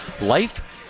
Life